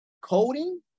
coding